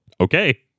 Okay